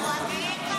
עכשיו פגעו.